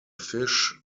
fish